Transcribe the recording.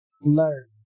learn